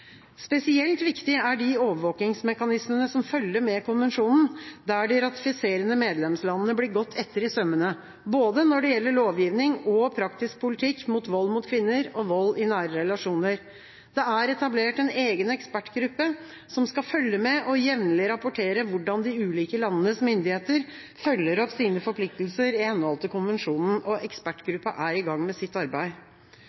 Spesielt viktig er de overvåkingsmekanismene som følger med konvensjonen, der de ratifiserende medlemslandene blir gått etter i sømmene, både når det gjelder lovgivning og praktisk politikk mot vold mot kvinner og vold i nære relasjoner. Det er etablert en egen ekspertgruppe som skal følge med og jevnlig rapportere hvordan de ulike landenes myndigheter følger opp sine forpliktelser i henhold til konvensjonen, og ekspertgruppa er i gang med sitt arbeid.